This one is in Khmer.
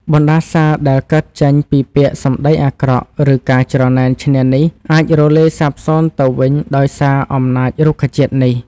បណ្តាសាដែលកើតចេញពីពាក្យសម្តីអាក្រក់ឬការច្រណែនឈ្នានីសអាចរលាយសាបសូន្យទៅវិញដោយសារអំណាចរុក្ខជាតិនេះ។